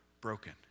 broken